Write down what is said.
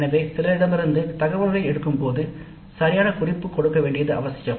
எனவே சிலரிடமிருந்து தகவல்களை எடுக்கும்போது சரியான குறிப்பு கொடுக்க வேண்டியது அவசியம்